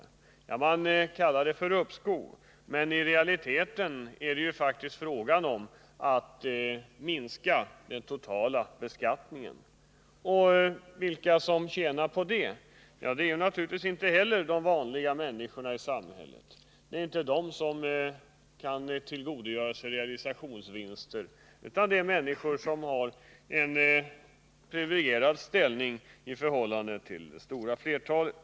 Regeringen kallar det för ett uppskov, men i Nr 96 realiteten är det faktiskt fråga om en minskning av den totala beskattningen. Torsdagen den Naturligtvis är det inte de vanliga människorna i samhället som tjänar på 28 februari 1980 detta. Det är inte de vanliga människorna som kan tillgodogöra sig realisationsvinster, utan det är de som har en privilegierad ställning i Beskattningsregförhållande till det stora flertalet.